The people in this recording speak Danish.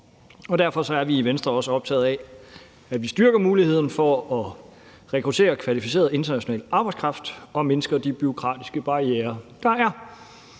Derfor er vi i Venstre også optaget af, at vi styrker muligheden for at rekruttere kvalificeret international arbejdskraft og mindsker de bureaukratiske barrierer, der er.